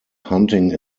hunting